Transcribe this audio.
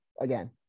again